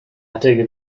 hatte